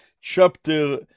chapter